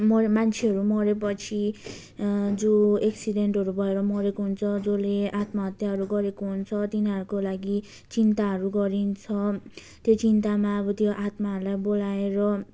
मरेको मान्छेहरू मरेपछि जो एक्सिडेन्टहरू भएर मरेको हुन्छ जसले आत्महत्याहरू गरेको हुन्छ तिनीहरूको लागि चिन्ताहरू गरिन्छ त्यो चिन्तामा अब त्यो आत्माहरूलाई बोलाएर